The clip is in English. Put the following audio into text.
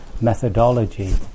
methodology